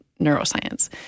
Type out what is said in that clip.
neuroscience